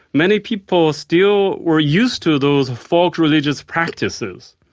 many people still were used to those folk religious practices,